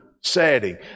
setting